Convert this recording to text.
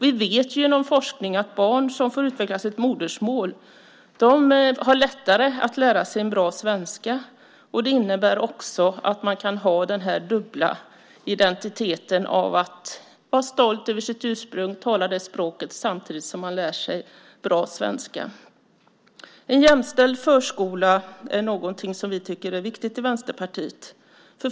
Vi vet genom forskning att barn som får utveckla sitt modersmål har lättare att lära sig bra svenska. Det innebär också att man kan ha denna dubbla identitet och vara stolt över sitt ursprung och tala sitt modersmål samtidigt som man lär sig bra svenska. En jämställd förskola är någonting som vi i Vänsterpartiet tycker är viktigt.